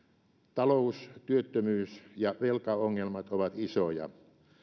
talous työttömyys ja velkaongelmat ovat isoja